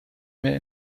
mehr